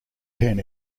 ten